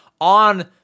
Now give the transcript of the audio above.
On